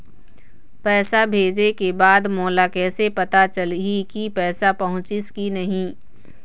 पैसा भेजे के बाद मोला कैसे पता चलही की पैसा पहुंचिस कि नहीं?